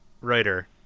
writer